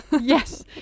Yes